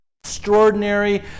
Extraordinary